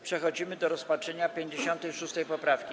Przechodzimy do rozpatrzenia 56. poprawki.